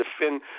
defend